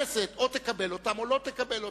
הכנסת או תקבל אותם או לא תקבל אותם.